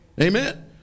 Amen